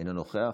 אינו נוכח.